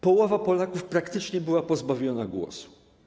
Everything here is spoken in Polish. Połowa Polaków praktycznie była pozbawiona głosu.